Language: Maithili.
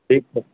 ठीक छै